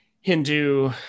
Hindu